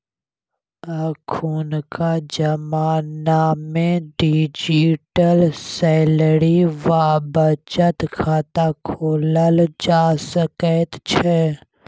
अखुनका जमानामे digital salary वा बचत खाता खोलल जा सकैत छै